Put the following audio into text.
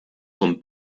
con